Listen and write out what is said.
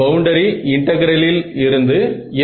boundary இன்டெகிரலிலிருந்து n